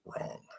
wrong